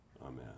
Amen